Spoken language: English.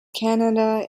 canada